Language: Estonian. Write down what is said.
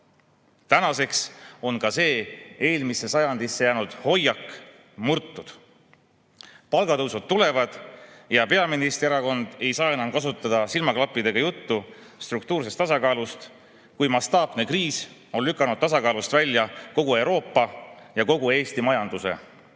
Tänaseks on ka see eelmisse sajandisse jäänud hoiak murtud. Palgatõusud tulevad ja peaministri erakond ei saa enam kasutada silmaklappidega juttu struktuursest tasakaalust, kui mastaapne kriis on lükanud tasakaalust välja kogu Euroopa ja kogu Eesti majanduse. Aga